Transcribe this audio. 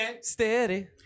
Steady